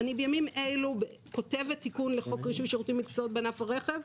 אני בימים אלה כותבת תיקון לחוק רישוי שירותים ומקצועות בענף הרכב,